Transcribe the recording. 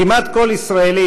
כמעט כל ישראלי,